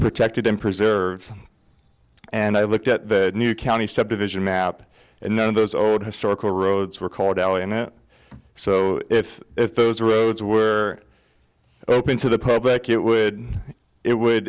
protected and preserve and i looked at the new county subdivision map and none of those old historical roads were cordell in it so if if those roads were open to the public it would it would